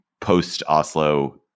post-Oslo